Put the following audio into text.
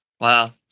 Wow